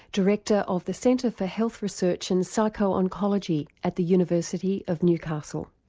director of the centre for health research and psycho-oncology at the university of newcastle.